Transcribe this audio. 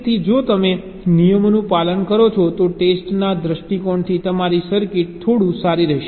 તેથી જો તમે તે નિયમોનું પાલન કરો છો તો ટેસ્ટના દૃષ્ટિકોણથી તમારી સર્કિટ થોડું સારી રહેશે